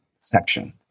section